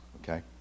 Okay